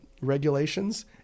regulations